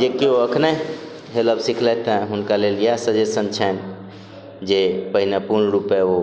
जे केओ अखने हेलब सिखलथि हुनका लेल इएह सजेशन छनि जे पहिने पूर्ण रूपे ओ